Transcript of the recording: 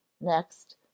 Next